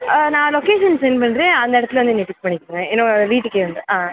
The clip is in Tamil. நான் லொக்கேஷன் சென்ட் பண்ணுறேன் அந்த இடத்துல வந்து என்னைய பிக் பண்ணிக்கோங்க என்னோடய வீட்டுக்கே வந்து ஆ